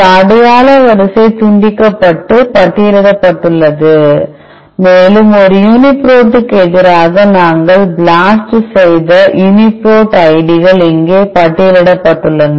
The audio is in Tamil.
ஒரு அடையாள வரிசை துண்டிக்கப்பட்டு பட்டியலிடப்பட்டுள்ளது மேலும் ஒரு யூனிபிரோட்டுக்கு எதிராக நாங்கள் பிளாஸ்ட் செய்த யுனிபிரோட் ஐடிகள் இங்கே பட்டியலிடப்பட்டுள்ளன